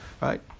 right